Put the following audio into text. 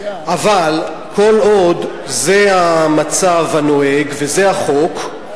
אבל כל עוד זה המצב הנוהג, וזה החוק,